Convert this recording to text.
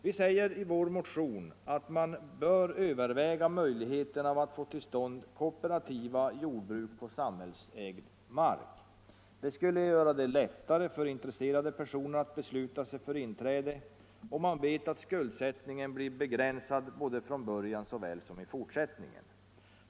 Vi säger i vår motion att man bör överväga möjligheterna av att få till stånd kooperativa jordbruk på samhällsägd mark. Det skulle göra det lättare för intresserade personer att besluta sig för inträde, om de vet att skuldsättningen blir begränsad från början såväl som i fortsättningen.